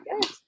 good